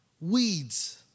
Weeds